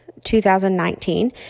2019